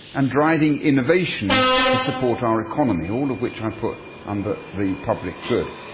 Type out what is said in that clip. and driving innovation to support our economy, all of which i put under the public good.